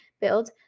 build